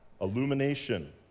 Illumination